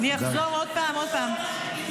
אני אחזור עוד פעם, עוד פעם.